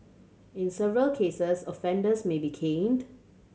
in severe cases offenders may be caned